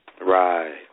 Right